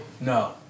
No